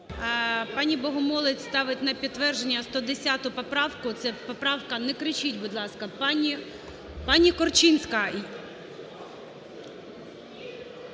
Пані Богомолець ставить на підтвердження 110 поправку. Це поправка… Не кричіть, будь ласка! Пані Корчинська!